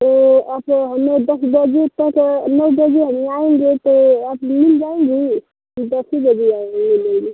तो आप हमें दस बजे तक नौ बजे हम आएँगे तो आप मिल ही जाएँगी तो दस ही बजे आएँगे ये लेने